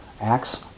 acts